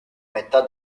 metà